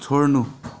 छोड्नु